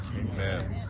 Amen